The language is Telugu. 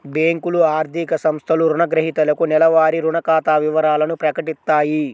బ్యేంకులు, ఆర్థిక సంస్థలు రుణగ్రహీతలకు నెలవారీ రుణ ఖాతా వివరాలను ప్రకటిత్తాయి